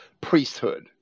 priesthood